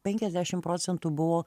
penkiasdešim procentų buvo